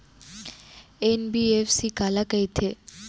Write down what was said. NBFC काला कहिथे?